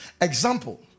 Example